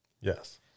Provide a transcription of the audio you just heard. Yes